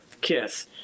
kiss